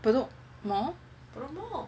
Bedok mall